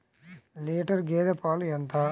Litre గేదె పాలు ఎంత?